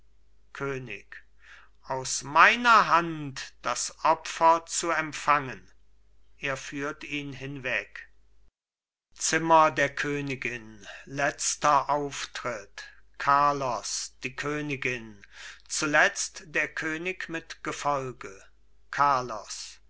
könig aus meiner hand das opfer zu empfangen er führt ihn hinweg zimmer der königin letzter auftritt carlos die königin zuletzt der könig mit gefolge carlos